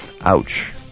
Ouch